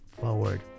forward